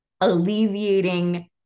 alleviating